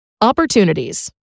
Opportunities